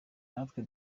natwe